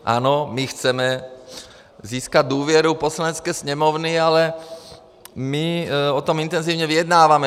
Ano, my chceme získat důvěru Poslanecké sněmovny, ale my o tom intenzivně vyjednáváme.